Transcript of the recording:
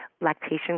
lactation